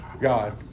God